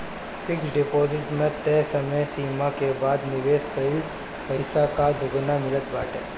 fix deposit में तय समय सीमा के बाद निवेश कईल पईसा कअ दुगुना मिलत बाटे